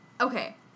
okay